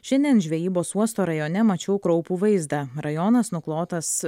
šiandien žvejybos uosto rajone mačiau kraupų vaizdą rajonas nuklotas